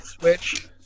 switch